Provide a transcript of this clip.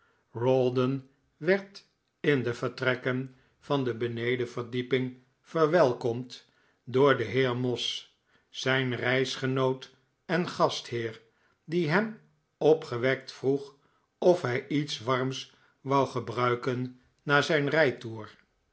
rawdon werd in de vertrekken van de benedenverdieping verwelkomd door den heer moss zijn reisgenoot en gastheer die hem opgewekt vroeg of hij iets warms wou gebruiken na zijn rijtoer